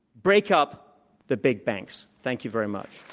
break up the big banks. thank you very much.